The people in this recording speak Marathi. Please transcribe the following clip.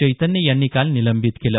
चैतन्य यांनी काल निलंबित केलं